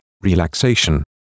relaxation